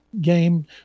game